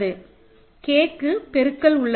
Kக்கு பெருக்கல் உள்ளது